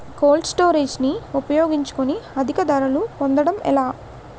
Cold storage ని ఉపయోగించుకొని అధిక ధరలు పొందడం ఎలా?